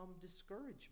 discouragement